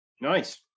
Nice